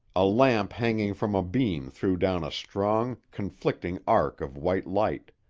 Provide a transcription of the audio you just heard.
a lamp hanging from a beam threw down a strong, conflicting arc of white light.